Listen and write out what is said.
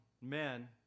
men